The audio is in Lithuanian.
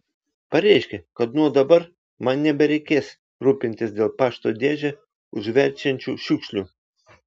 pareiškė kad nuo dabar man nebereikės rūpintis dėl pašto dėžę užverčiančių šiukšlių